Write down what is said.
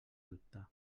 dubtar